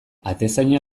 atezaina